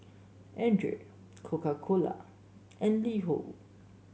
Andre Coca Cola and LiHo